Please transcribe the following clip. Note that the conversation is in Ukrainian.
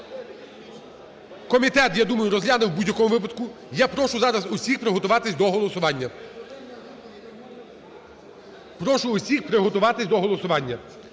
Комітет, я думаю, розгляне в будь-якому випадку. Я прошу зараз усіх приготуватися до голосування, прошу всіх приготуватися до голосування.